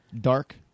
Dark